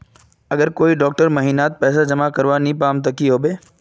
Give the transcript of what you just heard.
अगर कोई डा महीनात पैसा जमा करवा नी पाम ते की होबे?